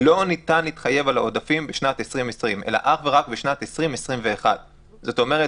לא ניתן להתחייב על העודפים בשנת 2020 אלא אך ורק בשנת 2021. זאת אומרת,